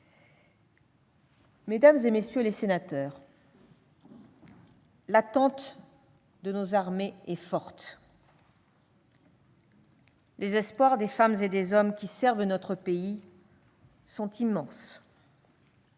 Mesdames, messieurs les sénateurs, l'attente de nos armées est forte. Les espoirs des femmes et des hommes qui servent notre pays sont immenses.